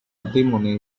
antimony